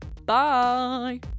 bye